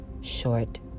short